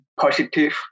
positive